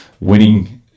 winning